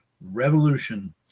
Revolution